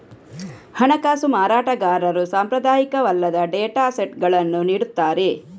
ಹಣಕಾಸು ಮಾರಾಟಗಾರರು ಸಾಂಪ್ರದಾಯಿಕವಲ್ಲದ ಡೇಟಾ ಸೆಟ್ಗಳನ್ನು ನೀಡುತ್ತಾರೆ